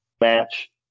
match